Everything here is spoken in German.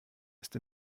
ist